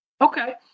Okay